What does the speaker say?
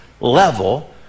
level